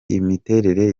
imiterere